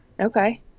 Okay